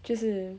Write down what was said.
就是